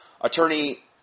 Attorney